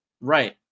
Right